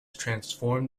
transformed